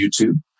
YouTube